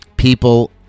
People